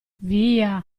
via